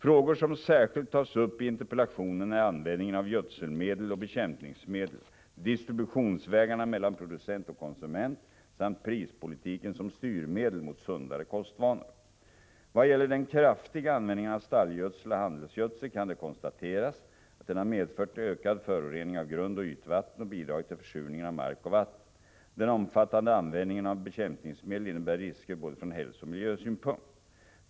Frågor som särskilt tas upp i interpellationen är användningen av gödselmedel och bekämpningsmedel, distributionsvägarna mellan producent och konsument samt prispolitiken som styrmedel mot sundare kostvanor. Vad gäller den kraftiga användningen av stallgödsel och handelsgödsel kan det konstateras att den har medfört ökad förorening av grundoch ytvatten och bidragit till försurningen av mark och vatten. Den omfattande användningen av bekämpningsmedel innebär risker från både hälsooch miljösynpunkt.